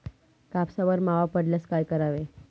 कापसावर मावा पडल्यास काय करावे?